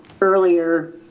earlier